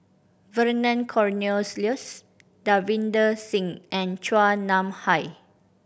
Vernon Cornelius Davinder Singh and Chua Nam Hai